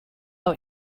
our